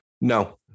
No